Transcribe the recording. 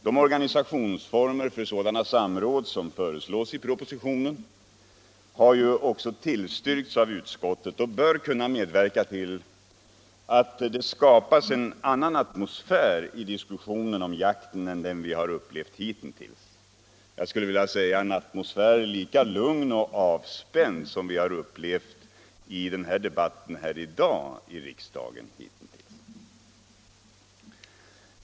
De organisationsformer för sådana samråd som föreslås i propositionen har ju också tillstyrkts av utskottet och bör kunna medverka till att det skapas en annan atmosfär i diskussionen om jakten än den vi upplevt hittills — jag skulle vilja säga en atmosfär lika lugn och avspänd som vi hittills har upplevt i debatten i riksdagen här i dag.